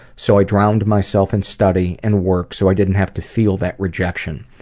so i drowned myself in study and work so i didn't have to feel that rejection.